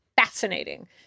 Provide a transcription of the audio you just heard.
fascinating